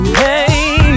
hey